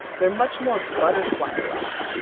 they're much more butterfly-like,